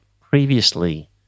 previously